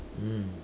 mm